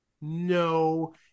No